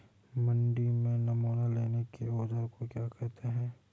मंडी में नमूना लेने के औज़ार को क्या कहते हैं?